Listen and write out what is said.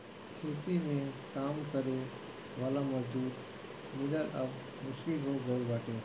खेती में काम करे वाला मजूर मिलल अब मुश्किल हो गईल बाटे